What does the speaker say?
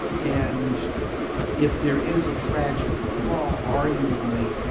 and if there is a tragic flaw, arguably,